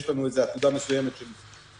יש לנו איזו עתודה מסוימת של 100,